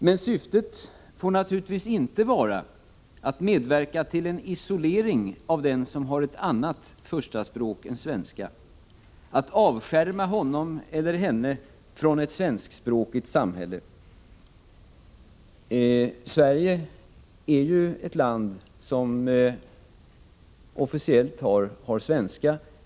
Men syftet får naturligtvis inte vara att medverka till en isolering av den som har ett annat första språk än svenska, att avskärma honom eller henne från ett svenskspråkigt samhälle. Sverige är ju ett land som har svenska som det officiella språket.